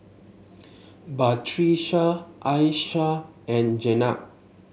Batrisya Aishah and Jenab